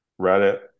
Reddit